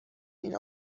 این